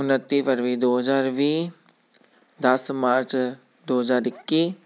ਉਨੱਤੀ ਫਰਵਰੀ ਦੋ ਹਜ਼ਾਰ ਵੀਹ ਦਸ ਮਾਰਚ ਦੋ ਹਜ਼ਾਰ ਇੱਕੀ